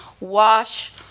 wash